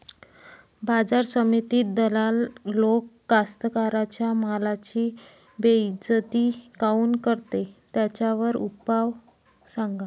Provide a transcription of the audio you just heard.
बाजार समितीत दलाल लोक कास्ताकाराच्या मालाची बेइज्जती काऊन करते? त्याच्यावर उपाव सांगा